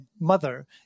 mother